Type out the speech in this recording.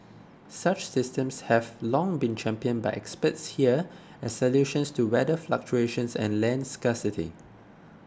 such systems have long been championed by experts here as solutions to weather fluctuations and land scarcity